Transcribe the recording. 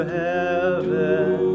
heaven